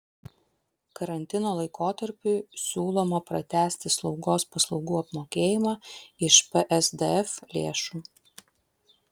karantino laikotarpiui siūloma pratęsti slaugos paslaugų apmokėjimą iš psdf lėšų